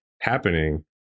happening